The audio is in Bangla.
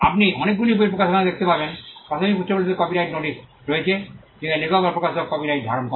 আপনি অনেকগুলি বইতে প্রকাশনা দেখতে পেতেন প্রাথমিক পৃষ্ঠাগুলিতে কপিরাইট নোটিশ রয়েছে যেখানে লেখক বা প্রকাশক কপিরাইট ধারণ করে